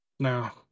now